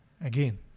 Again